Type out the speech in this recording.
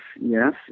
yes